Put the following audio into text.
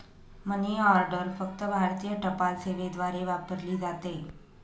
मनी order फक्त भारतीय टपाल सेवेद्वारे वापरली जाते